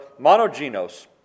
monogenos